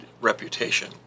reputation